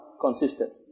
consistent